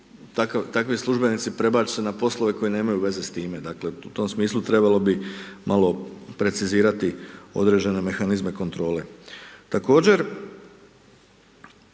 takvi službenici prebace na poslove koji nemaju veze s time, dakle u tom smislu trebalo bi malo precizirati određene mehanizme kontrole.